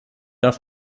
darf